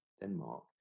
Denmark